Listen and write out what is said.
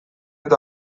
eta